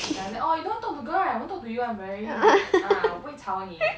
like oh you don't talk to girl right I won't talk to you [one] very good ah 我不会吵你的